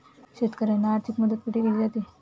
शेतकऱ्यांना आर्थिक मदत कुठे केली जाते?